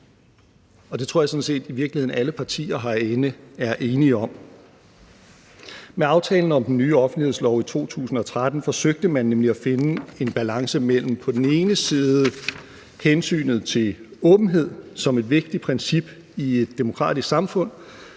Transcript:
Det tror jeg sådan set i virkeligheden alle partier herinde er enige om. Med aftalen om den nye offentlighedslov i 2013 forsøgte man nemlig at finde en balance mellem på den ene side hensynet til åbenhed, som et vigtigt princip i et demokratisk samfund,